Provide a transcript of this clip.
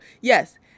yes